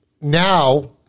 now